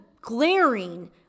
glaring